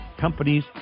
companies